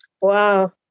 Wow